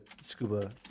scuba